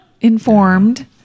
informed